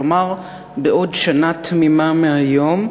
כלומר בעוד שנה תמימה מהיום.